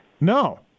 No